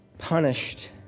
punished